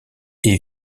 est